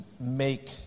make